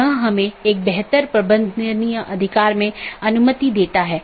धीरे धीरे हम अन्य परतों को देखेंगे जैसे कि हम ऊपर से नीचे का दृष्टिकोण का अनुसरण कर रहे हैं